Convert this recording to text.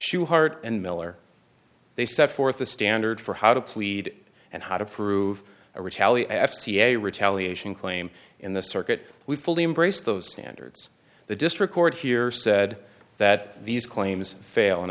she heart and miller they set forth the standard for how to plead and how to prove or tally f c a retaliation claim in the circuit we fully embrace those standards the district court here said that these claims fail and